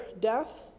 death